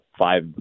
five